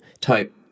type